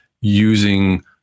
using